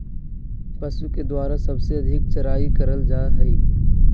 पशु के द्वारा सबसे अधिक चराई करल जा हई